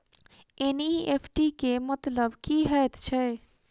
NEFT केँ मतलब की हएत छै?